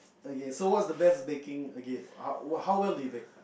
okay so what's the best baking okay what how well do you bake